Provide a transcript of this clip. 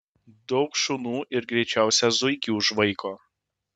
daug šunų ir greičiausią zuikį užvaiko